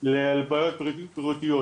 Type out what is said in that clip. ולבעיות בריאותיות.